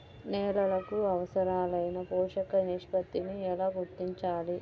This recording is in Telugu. నేలలకు అవసరాలైన పోషక నిష్పత్తిని ఎలా గుర్తించాలి?